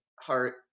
heart